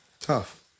Tough